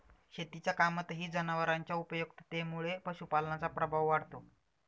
शेतीच्या कामातही जनावरांच्या उपयुक्ततेमुळे पशुपालनाचा प्रभाव वाढतो